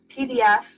PDF